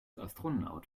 astronaut